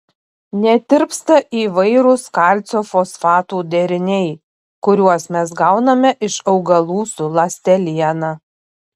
netirpsta įvairūs kalcio fosfatų deriniai kuriuos mes gauname iš augalų su ląsteliena